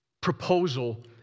proposal